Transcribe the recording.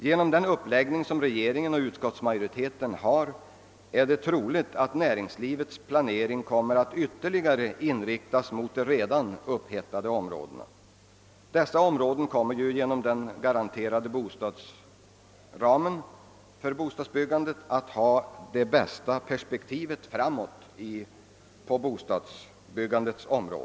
Genom den uppläggning, som regeringen och utskottsmajoriteten föreslår, kommer troligen näringslivets planering att ytterligare inriktas mot de redan upphettade områdena. Dessa kommer genom den garanterade ramen att ha det bästa. framtidsperspektivet för bostadsbyggandet.